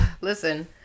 Listen